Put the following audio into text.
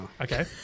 Okay